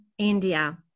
India